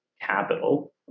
capital